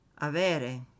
avere